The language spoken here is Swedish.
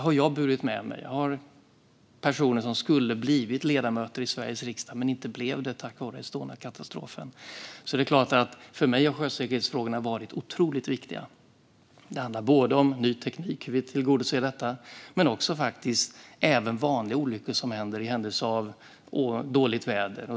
Jag har burit med mig att personer som skulle ha blivit ledamöter i Sveriges riksdag inte blev det på grund av Estoniakatastrofen För mig har sjösäkerhetsfrågorna varit otroligt viktiga. Det handlar om ny teknik men även om vanliga olyckor vid händelse av dåligt väder.